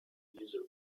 user